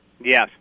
Yes